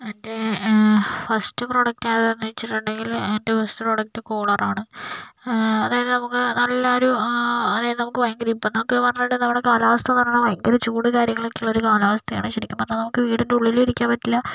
എൻ്റെ first product ഏതാണെന്ന് വെച്ചിട്ടുണ്ടെങ്കിൽ എൻ്റെ ഫസ്റ്റ് പ്രോഡക്റ്റ് കൂളർ ആണ് അതായത് നമുക്ക് നല്ലൊരു അതായത് നമ്മുടെ കാലാവസ്ഥ പറയണപോലെ ഭയങ്കര ചൂട് കാര്യങ്ങൾ ഒക്കെയുള്ള ഒരു കാലാവസ്ഥയാണ് ശരിക്കും പറഞ്ഞാൽ നമുക്ക് വീടിൻ്റെ ഉള്ളിൽ ഇരിക്കാൻ പറ്റില്ല